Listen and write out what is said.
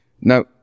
Now